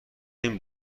این